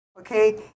Okay